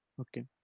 okay